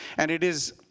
and it is,